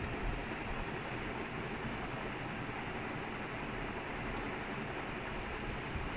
no he was good but he always had someone with him அவன் என்னைக்குமே:avan ennaikkumae like he wasn't lone striker